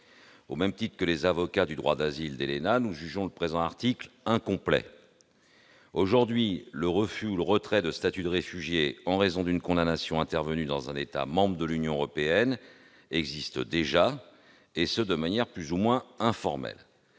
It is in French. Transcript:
Au même titre que les avocats du droit d'asile de l'association ELENA, nous jugeons le présent article incomplet. Aujourd'hui, le refus ou le retrait du statut de réfugié en raison d'une condamnation intervenue dans un État membre de l'Union européenne existe déjà, et ce de manière plus ou moins informelle.